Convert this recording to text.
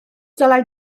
dylai